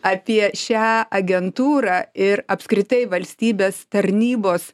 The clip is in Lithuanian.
apie šią agentūrą ir apskritai valstybės tarnybos